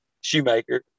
shoemaker